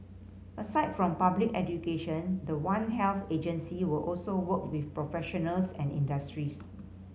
aside from public education the One Health agency will also work with professionals and industries